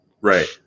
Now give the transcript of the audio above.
right